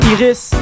Iris